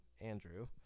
Andrew